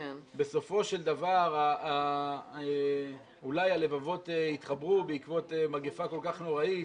בסופו של דבר אולי הלבבות יתחברו בעקבות מגפה כל כך נוראית,